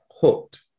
hooked